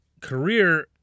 career